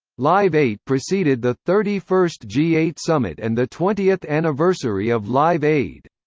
live eight preceded the thirty first g eight summit and the twentieth anniversary of live aid.